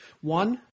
One –